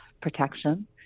protection